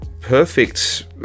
perfect